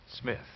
Smith